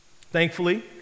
Thankfully